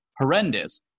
horrendous